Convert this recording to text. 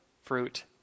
fruit